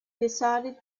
decided